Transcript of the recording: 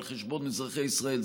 על חשבון אזרחי ישראל.